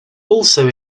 also